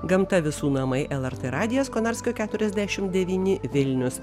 gamta visų namai lrt radijas konarskio keturiasdešim devyni vilnius